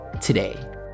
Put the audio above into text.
today